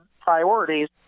priorities